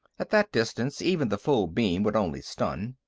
at that distance, even the full beam would only stun.